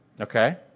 Okay